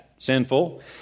sinful